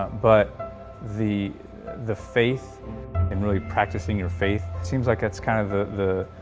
um but the the faith and really practicing your faith seems like it's kind of the